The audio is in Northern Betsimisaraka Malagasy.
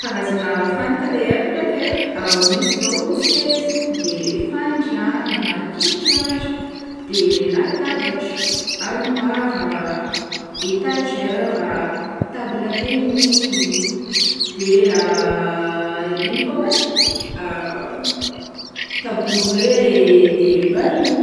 Karazagna fanaka le haiko ndraiky ai, misy zao o seza, de fandriagna, kitrara, de latabatra, armoire a, étagères a, table de nuit, de ino koa mai tabouret e, de baiou.